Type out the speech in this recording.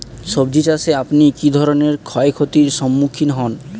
সবজী চাষে আপনি কী ধরনের ক্ষয়ক্ষতির সম্মুক্ষীণ হন?